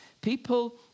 people